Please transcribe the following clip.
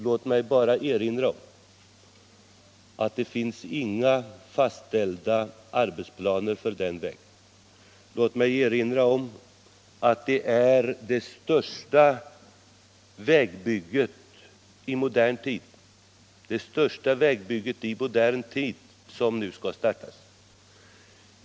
Låt mig bara erinra om att det inte finns några fastställda arbetsplaner för den vägen. Jag vill också peka på att det vägbygge som nu skall starta är det största projektet i modern tid.